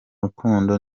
rukundo